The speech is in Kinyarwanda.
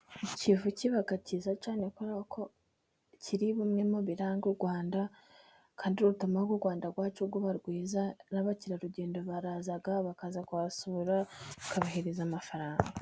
Ikivu kiba kiza cyane kubera ko kiri muri bimwe mu biranga u Rwanda, kandi gituma u Rwanda rwacu ruba rwiza. N'abakerarugendo baraza bakaza kuhasura, bakabahereza amafaranga.